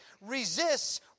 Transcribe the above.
resists